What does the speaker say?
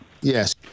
Yes